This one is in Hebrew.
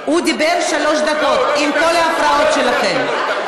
הוא דיבר שלוש דקות, עם כל ההפרעות שלכם.